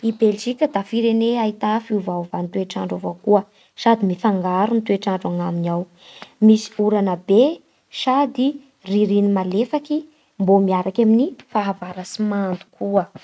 I Belzika da firene ahità fiovaovan'ny toetr'andro avao koa sady mifangaro ny toetr'andro agnaminy ao: misy orana be sady ririny malefaky mbô miaraky amin'ny fahavaratsy mando koa.